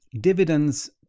Dividends